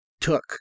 took